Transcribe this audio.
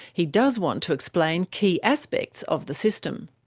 he does want to explain key aspects of the system.